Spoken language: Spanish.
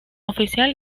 oficial